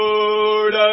Lord